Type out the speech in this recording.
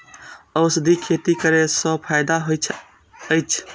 औषधि खेती करे स फायदा होय अछि?